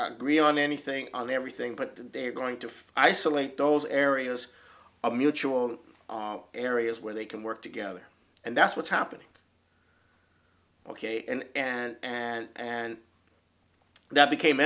agree on anything on everything but they're going to feisal late those areas of mutual areas where they can work together and that's what's happening ok and and and and that became